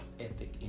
ethic